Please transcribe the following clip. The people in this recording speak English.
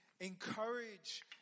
encourage